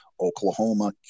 oklahoma